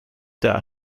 der